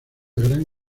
gran